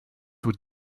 would